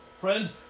Friend